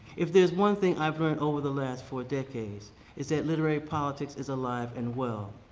if there's one thing i've learned over the last four decades is that literary politics is alive and well.